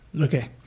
Okay